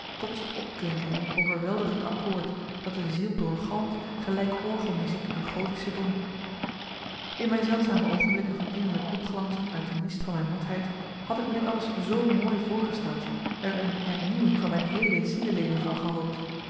tot ze opklinken in een overweldigend akkoord dat de ziel doorgalmt gelijk orgelmuziek een gothische dom in mijn zeldzame oogenblikken van innerlijk opglanzen uit de mist van mijn matheid had ik me dit alles zoo mooi voorgesteld er een hernieuwing van mijn heele zieleleven van gehoopt